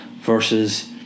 versus